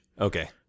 Okay